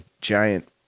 giant